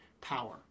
power